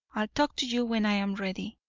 i'll talk to you when i'm ready.